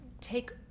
take